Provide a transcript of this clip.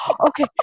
Okay